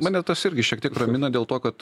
mane tas irgi šiek tiek ramina dėl to kad